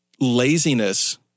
laziness